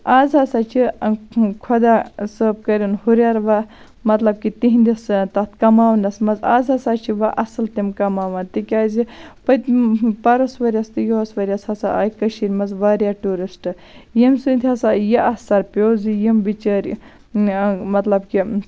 آز ہسا چھِ خۄدا صٲب کٔرِنۍ ہُرٛیر وۄنۍ مطلب کہِ تِہِنٛدِس تَتھ کَماونَس منٛز آز ہسا چھِ وۄنۍ اَصٕل تِم کَماوان تِکیازِ پٔتمہِ پَرُس ؤرۍ یَس تہٕ یِہُس ؤرۍ یَس ہسا آیہِ کٔشیٖر منٛز واریاہ ٹیوٗرِسٹ ییٚمہِ سۭتۍ ہسا یہِ اَثر پیٚو زِ یِم بِچٲرۍ مطلب کہِ